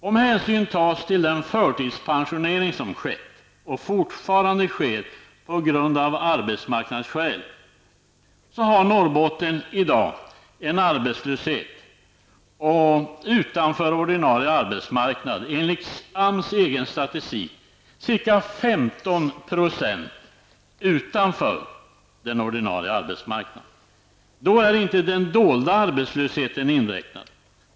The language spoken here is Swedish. Om hänsyn tas till den förtidspensionering som skett och fortfarande sker av arbetsmarknadsskäl har Norrbotten i dag en arbetslöshet, utanför ordinarie arbetsmarknad enligt AMS egen statistik, på ca 15 %. Då är inte den dolda arbetslösheten inräknad.